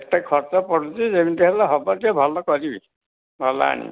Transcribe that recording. ଏତେ ଖର୍ଚ୍ଚ ପଡ଼ୁଛି ଯେମିତି ହେଲେ ହେବ ଟିକିଏ ଭଲ କରିିବି ଭଲ ଆଣିବି